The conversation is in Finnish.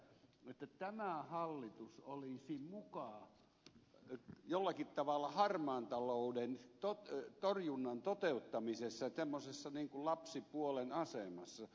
lipposelle siitä että tämä hallitus olisi muka jollakin tavalla harmaan talouden torjunnan toteuttamisessa lapsipuolen asemassa